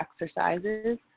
exercises